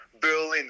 Berlin